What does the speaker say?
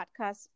podcast